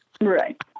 Right